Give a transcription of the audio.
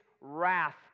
wrath